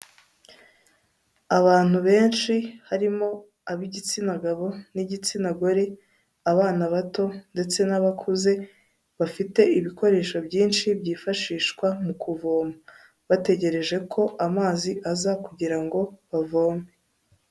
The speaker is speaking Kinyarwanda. Abantu benshi harimo ab'igitsina gabo n'igitsina gore, abana bato ndetse n'abakuze bafite ibikoresho byinshi byifashishwa mu kuvoma bategereje ko amazi aza kugira ngo bavome.